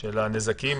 של הנזקים?